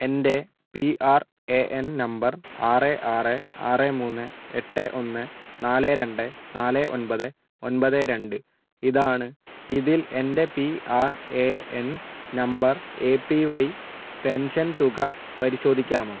എൻ്റെ P R A N number ആറ് ആറ് ആറ് മൂന്ന് എട്ട് ഒന്ന് നാല് രണ്ട് നാല് ഒൻപത് ഒൻപത് രണ്ട് ഇതാണ് ഇതിൽ എൻ്റെ P R A N number A P Y pension തുക പരിശോധിക്കാമോ